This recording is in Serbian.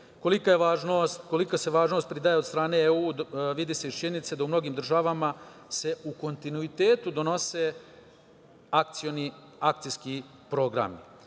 Kolika se važnost pridaje od strane EU, vidi se iz činjenice da u mnogim državama se u kontinuitetu donose akcioni akcijski programi.U